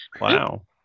Wow